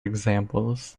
examples